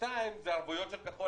והשני הוא הערבויות של כחול